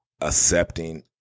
accepting